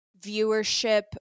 viewership